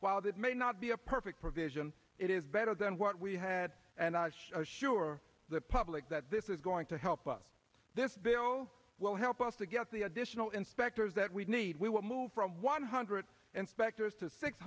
that may not be a perfect provision it is better than what we had and assure the public that this is going to help us this bill will help us to get the additional inspectors that we need we will move from one hundred inspectors to six